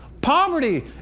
Poverty